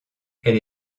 elle